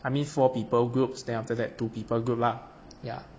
I mean four people groups then after that two people group lah ya there's nothing you know